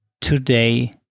today